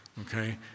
Okay